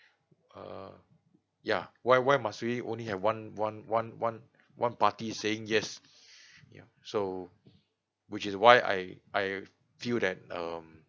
uh yeah why why must we only have one one one one one party saying yes ya so which is why I I feel that um